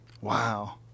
Wow